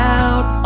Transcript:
out